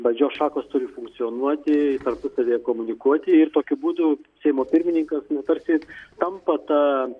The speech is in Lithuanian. valdžios šakos turi funkcionuoti tarpusavyje komunikuoti ir tokiu būdu seimo pirmininkas nu tarsi tampa ta